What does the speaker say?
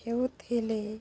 ହେଉଥିଲେ